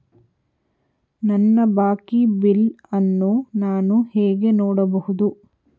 ನನ್ನ ಬಾಕಿ ಬಿಲ್ ಅನ್ನು ನಾನು ಹೇಗೆ ನೋಡಬಹುದು?